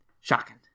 shocking